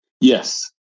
Yes